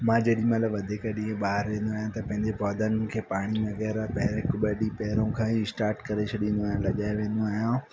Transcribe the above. मां जेॾीमहिल वधीक ॾींहं ॿाहिरि वेंदो आहियां त पंहिंजे पौधन खे पाणी वग़ैरह त हिकु ॿ ॾींहं पहिरियों खां ई स्टाट करे छॾींदो आहियां बाज़ारि वेंदो आहियां